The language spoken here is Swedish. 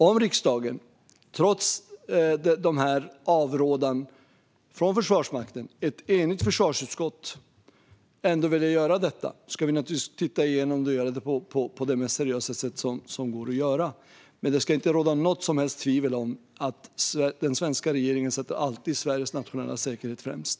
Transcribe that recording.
Om riksdagen, trots avrådanden från Försvarsmakten och ett enigt försvarsutskott, ändå väljer att göra detta ska vi naturligtvis titta igenom det och göra det på det mest seriösa sätt som går att göra. Men det ska inte råda något som helst tvivel om att den svenska regeringen alltid sätter Sveriges nationella säkerhet främst.